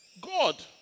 God